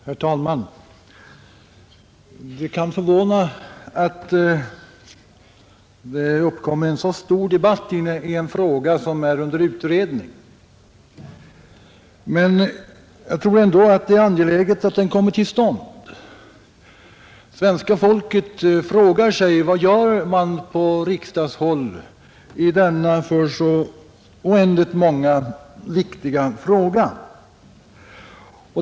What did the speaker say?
Herr talman! Det kan förvåna att en så stor debatt uppstår i en fråga som är under utredning, men jag tror att det är angeläget att den debatten kommer till stånd. Svenska folket frågar sig: Vad gör man på riksdagshåll i denna för så oändligt många viktiga fråga?